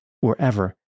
wherever